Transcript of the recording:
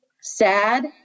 sad